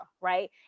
right